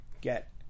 get